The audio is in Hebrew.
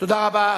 תודה רבה.